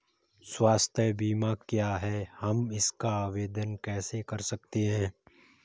स्वास्थ्य बीमा क्या है हम इसका आवेदन कैसे कर सकते हैं?